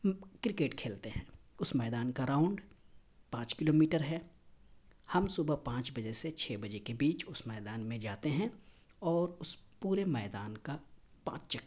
cricket کھیلتے ہیں اس میدان کا راؤنڈ پانچ کلو میٹر ہے ہم صبح پانچ بجے سے چھ بجے کے بیچ اس میدان میں جاتے ہیں اور اس پورے میدان کا پانچ چکر لگاتے ہیں